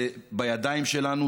זה בידיים שלנו,